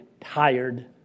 tired